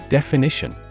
Definition